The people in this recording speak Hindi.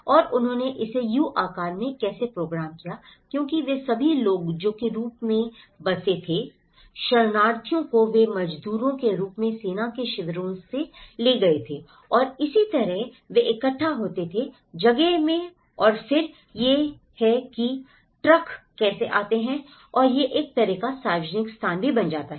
और उन्होंने इसे यू आकार में कैसे प्रोग्राम किया क्योंकि ये सभी लोग जो के रूप में बसे थे शरणार्थियों को वे मजदूरों के रूप में सेना के शिविरों में ले गए थे और इसी तरह वे इकट्ठा होते थे जगह में और फिर यह है कि ट्रक कैसे आते हैं और यह एक तरह का सार्वजनिक स्थान भी बन जाता है